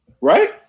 right